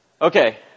Okay